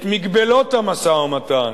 את מגבלות המשא-ומתן,